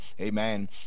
Amen